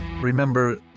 Remember